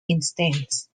instance